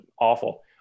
awful